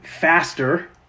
faster